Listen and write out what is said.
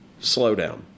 slowdown